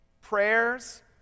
prayers